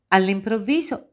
All'improvviso